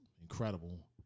incredible